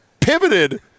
pivoted